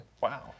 Wow